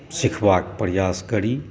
सिखबाक प्रयास करी